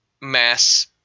mass